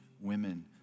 women